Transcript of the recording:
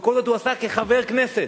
וכל זה הוא עשה כחבר כנסת,